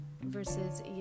versus